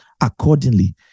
accordingly